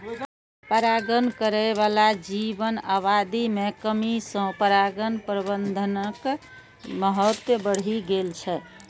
परागण करै बला जीवक आबादी मे कमी सं परागण प्रबंधनक महत्व बढ़ि गेल छै